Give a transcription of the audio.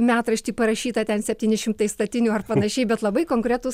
metrašty parašyta ten septyni šimtai statinių ar panašiai bet labai konkretūs